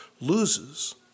loses